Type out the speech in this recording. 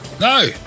No